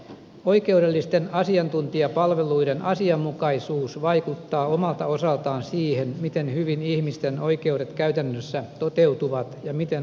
oikeudellisten asiantuntijapalveluiden asianmukaisuus vaikuttaa omalta osaltaan siihen miten hyvin ihmisten oikeudet käytännössä toteutuvat ja miten oikeusvaltio toimii